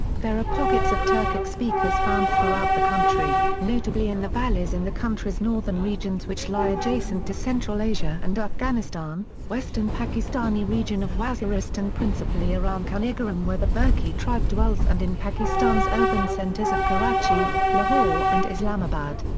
there are pockets of turkic speakers found throughout the country, notably in the valleys in the countries northern regions which lie adjacent to central asia and afghanistan, western pakistani region of waziristan principally around kanigoram where the burki tribe dwells and in pakistan's urban centres of karachi, lahore and islamabad.